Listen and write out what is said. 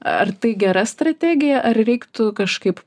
ar tai gera strategija ar reiktų kažkaip